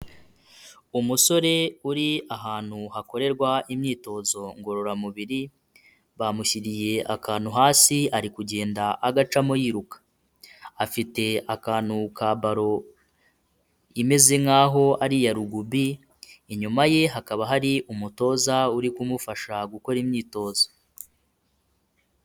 Umusore uri ahantu hakorerwa imyitozo ngororamubiri, bamushyiriye akantu hasi ari kugenda agacamo yiruka. Afite akantu ka balo imeze nkaho ari iya Rugby, inyuma ye hakaba hari umutoza uri kumufasha gukora imyitozo.